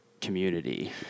community